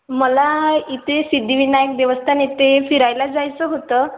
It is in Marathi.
मला इथे सिद्धिविनायक देवस्थान इथे फिरायला जायचं होतं